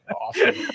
Awesome